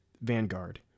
Vanguard